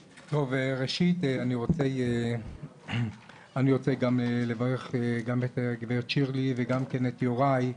ראשית אני רוצה לברך גם את גב' שירלי וגם את יוראי,